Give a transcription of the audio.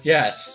Yes